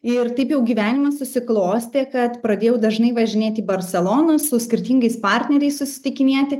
ir taip jau gyvenimas susiklostė kad pradėjau dažnai važinėti į barseloną su skirtingais partneriais susitikinėti